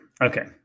Okay